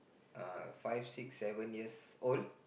uh fix six seven years old